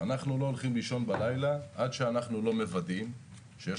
אנחנו לא הולכים לישון בלילה עד שאנחנו לא מוודאים שיש